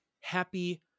Happy